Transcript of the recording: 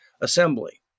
assembly